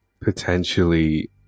potentially